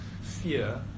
fear